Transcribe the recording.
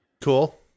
cool